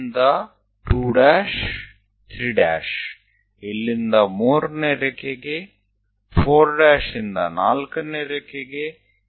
D ಇಂದ 2 ' 3 ' ಇಲ್ಲಿಂದ ಮೂರನೇ ರೇಖೆಗೆ 4' ಇಂದ ನಾಲ್ಕನೇ ರೇಖೆಗೆ